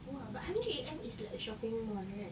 !wah! but hundred A_M is like a shopping mall right